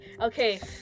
okay